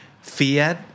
Fiat